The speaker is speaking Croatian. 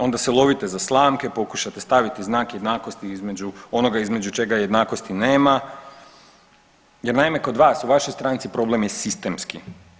Onda se lovite za slamke, pokušate staviti znak jednakosti između onoga između čega jednakosti nema jer naime kod vas u vašoj stranci problem je sistemski.